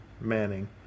Manning